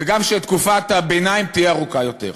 וגם שתקופת הביניים תהיה ארוכה יותר.